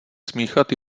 smíchat